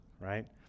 right